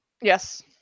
Yes